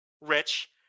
Rich